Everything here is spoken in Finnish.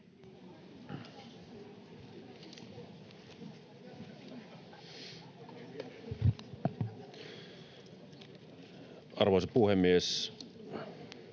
arvoisa puhemies!